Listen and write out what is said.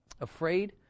Afraid